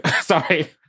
Sorry